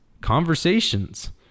conversations